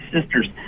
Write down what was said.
sisters